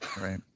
Right